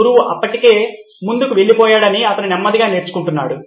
గురువు అప్పటికే ముందుకు వెళ్ళిపోయాడని అతను నెమ్మదిగా నేర్చుకుంటున్నాడు